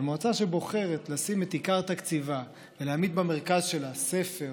אבל מועצה שבוחרת לשים את עיקר תקציבה ולהעמיד במרכז שלה ספר,